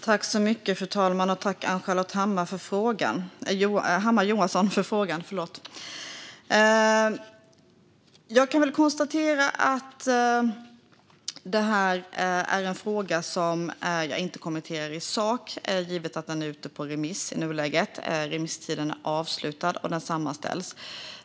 Fru talman! Tack för frågan, Ann-Charlotte Hammar Johnsson! Jag kan konstatera att detta är en fråga som jag inte kommenterar i sak, givet att den i nuläget är ute på remiss. Remisstiden är avslutad, och svaren sammanställs.